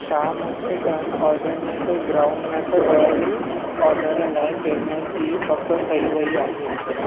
छा मुंहिंजे turn organic ग्राउंडनटु ऑइल ऑर्डरु लाइ पेमेंट जी पकि कई वई आहे